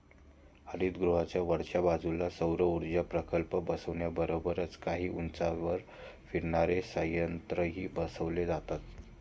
हरितगृहाच्या वरच्या बाजूला सौरऊर्जा प्रकल्प बसवण्याबरोबरच काही उंचीवर फिरणारे संयंत्रही बसवले जातात